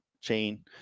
chain